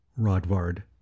Rodvard